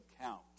count